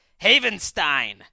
Havenstein